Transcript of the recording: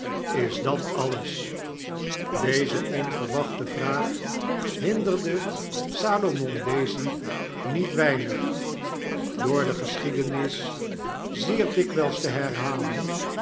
is dat alles deze opverwachte vraag hinderde salomon daisy niet weinig door de geschiedenis zeer dikwijls te herhalen